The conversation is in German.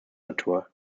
natur